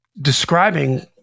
describing